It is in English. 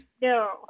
No